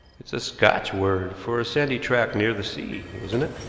it's a scotch word for a sandy tract near the sea, isn't it?